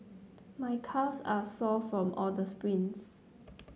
my calves are sore from all the sprints